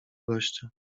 gościa